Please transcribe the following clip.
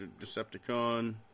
Decepticon